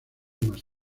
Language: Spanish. más